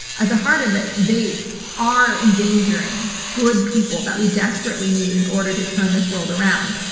at the heart of it, they are endangering good people that we desperately need in order to turn this world around.